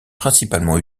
principalement